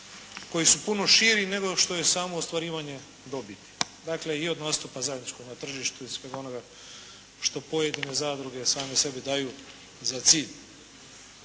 koji su puno širi nego što je samo ostvarivanje dobiti. Dakle i od nastupa zajedničkog na tržištu i svega onoga što pojedine zadruge same sebi daju za cilj.